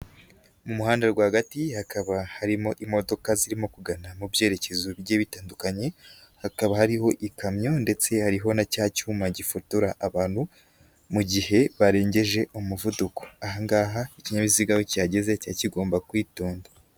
Mu muhanda rwagati hakaba harimo imodoka zirimo kugana mu byerekezo bigiye bitandukanye, hakaba hariho ikamyo ndetse hariho na cya cyuma gifotora abantu mu gihe barengeje umuvuduko, aha ngaha ikinyabiziga iyo kihageze kiba kigomba kwitonda.